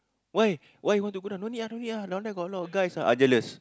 why why want to go down no need ah no need ah down there got a lot of guys ah ah jealous